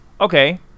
okay